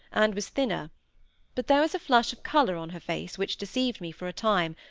and was thinner but there was a flush of colour on her face which deceived me for a time,